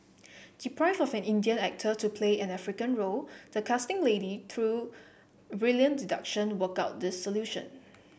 deprived of an Indian actor to play an African role the casting lady through brilliant deduction worked out this solution